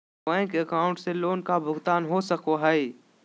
Bank account से loan का भुगतान हो सको हई?